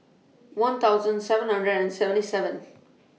one thousand seven hundred and seventy seven